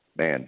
Man